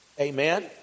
Amen